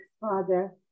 Father